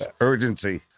Urgency